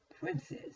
princes